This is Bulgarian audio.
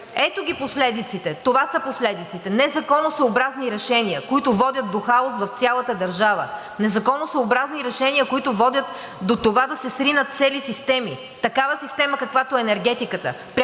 Ето ги последиците. Това са последиците – незаконосъобразни решения, които водят до хаос в цялата държава; незаконосъобразни решения, които водят до това да се сринат цели системи. Такава система, каквато е енергетиката,